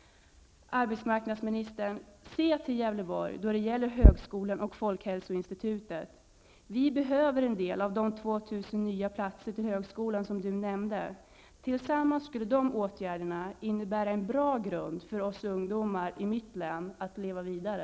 Arbetsmarknadsministern, se till Gävleborg då det gäller högskolan och folkhälsoinstitutet. Vi behöver en del av de 2 000 nya platser till högskolan som arbetsmarknadsministern nämnde. Tillsammans skulle dessa åtgärder innebära en bra grund för ungdomarna i mitt län att leva vidare.